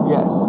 Yes